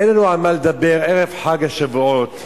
אין לנו על מה לדבר ערב חג השבועות,